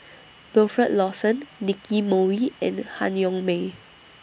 Wilfed Lawson Nicky Moey and Han Yong May